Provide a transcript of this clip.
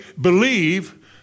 believe